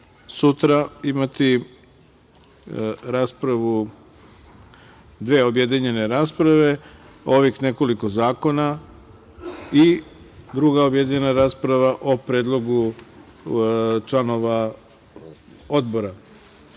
sutra imati dve objedinjene rasprave o ovih nekoliko zakona i druga objedinjena rasprava o predlogu članova odbora